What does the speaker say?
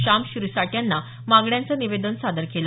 श्याम शिरसाट यांना मागण्यांचं निवेदन सादर केलं